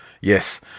Yes